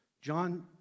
John